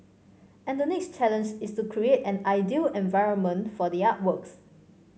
and the next challenge is to create an ideal environment for the artworks